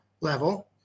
level